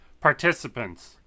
participants